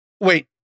wait